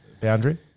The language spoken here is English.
Boundary